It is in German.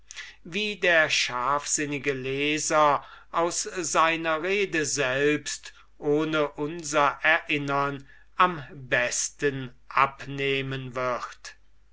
wie der scharfsinnige leser aus seiner rede selbst ohne unser erinnern am besten abnehmen wird